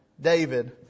David